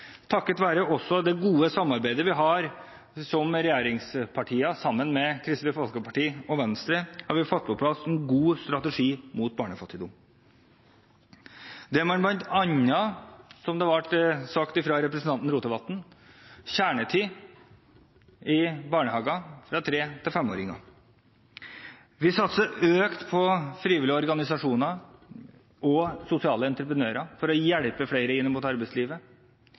Takket være også det gode samarbeidet vi som regjeringspartier har med Kristelig Folkeparti og Venstre, har vi fått på plass en god strategi mot barnefattigdom, som bl.a. – som det ble sagt av representanten Rotevatn – gratis kjernetid i barnehagen for fire- og femåringer. Vi har økt satsingen på frivillige organisasjoner og sosiale entreprenører for å hjelpe flere inn i arbeidslivet.